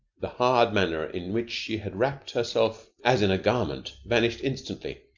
the hard manner in which she had wrapped herself as in a garment vanished instantly.